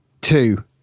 Two